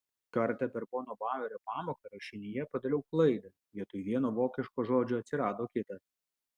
kartą per pono bauerio pamoką rašinyje padariau klaidą vietoj vieno vokiško žodžio atsirado kitas